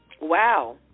Wow